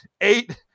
eight